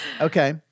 Okay